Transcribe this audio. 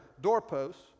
doorposts